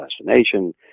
assassination